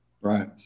right